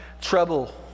trouble